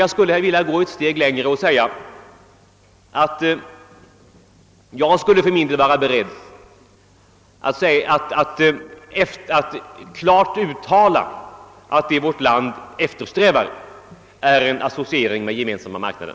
Jag skulle vilja gå ett steg längre och vara beredd att klart uttala, att vad Sverige eftersträvar är en associering med Gemensamma marknaden.